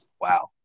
Wow